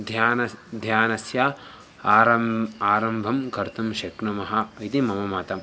ध्यानं ध्यानस्य आरम्भं आरम्भं कर्तुं शक्नुमः इति मम मतम्